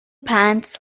pants